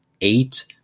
eight